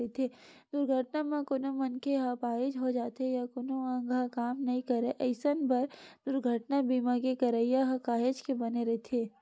दुरघटना म कोनो मनखे ह अपाहिज हो जाथे या कोनो अंग ह काम नइ करय अइसन बर दुरघटना बीमा के करई ह काहेच के बने रहिथे